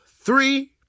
three